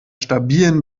stabilen